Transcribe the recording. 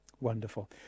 Wonderful